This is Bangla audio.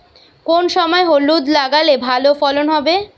কোন সময় হলুদ লাগালে ভালো ফলন হবে?